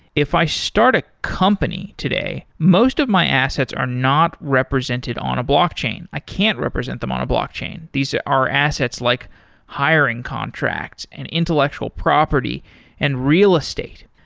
if i start a company today, most of my assets are not represented on a blockchain. i can't represent them on a blockchain. these are assets like hiring contract and intellectual property and real estate.